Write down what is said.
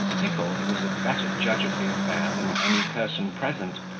pickle, who was a better judge of the affair than any person present,